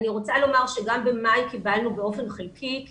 אני רוצה לומר שגם במאי קיבלנו באופן חלקי כי